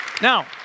Now